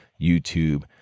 YouTube